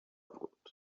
بود